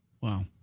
wow